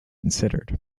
considered